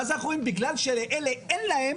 ואז אנחנו רואים בגלל שלאלה אין להם,